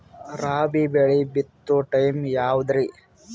ರಾಬಿ ಬೆಳಿ ಬಿತ್ತೋ ಟೈಮ್ ಯಾವದ್ರಿ?